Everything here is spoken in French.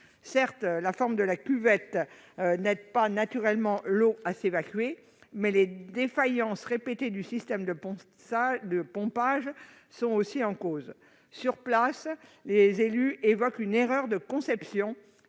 Certes, la forme de cuvette de cette section n'aide naturellement pas l'eau à s'évacuer, mais les défaillances répétées du système de pompage sont aussi en cause. Sur place, les élus évoquent une erreur de conception